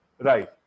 Right